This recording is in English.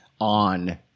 on